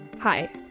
Hi